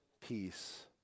peace